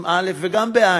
עם אל"ף וגם בעי"ן,